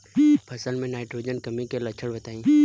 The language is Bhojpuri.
फसल में नाइट्रोजन कमी के लक्षण बताइ?